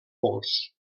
pols